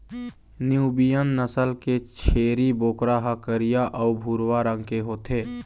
Nubian नसल के छेरी बोकरा ह करिया अउ भूरवा रंग के होथे